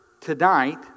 tonight